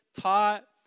taught